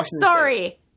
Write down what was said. Sorry